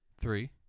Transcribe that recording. three